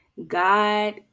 God